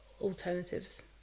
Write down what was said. alternatives